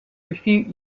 refute